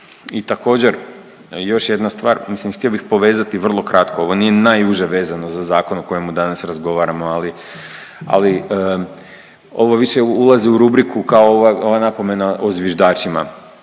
I također još jedna stvar. Mislim htio bih povezati vrlo kratko. Ovo nije najuže vezano za zakon o kojemu danas razgovaramo, ali ovo više ulazi u rubriku kao napomena o zviždačima.